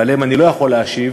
ועליהם אני לא יכול להשיב.